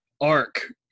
arc